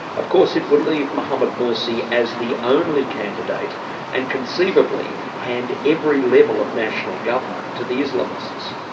of course it would leave mohammed mursi as the only candidate and conceivably hand every level of national government to the islamists.